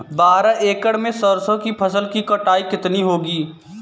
बारह एकड़ में सरसों की फसल की कटाई कितनी होगी?